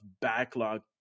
backlog